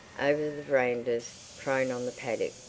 the verandas, prone on the paddock,